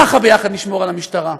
ככה יחד נשמור על המשטרה.